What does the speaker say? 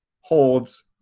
holds